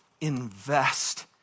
invest